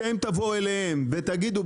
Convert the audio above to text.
אתם תבואו אליהם ותגידו,